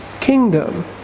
kingdom